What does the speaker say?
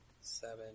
Seven